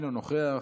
אינו נוכח,